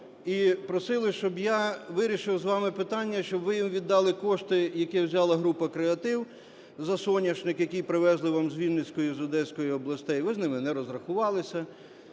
і просили, щоб я вирішив з вами питання, щоб ви їм віддали кошти, які взяла "Група Креатив" за соняшник, який привезли вам з Вінницької, з Одеської областей, ви з ними не розрахувалися.